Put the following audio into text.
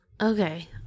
Okay